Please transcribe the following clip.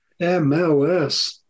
MLS